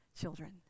children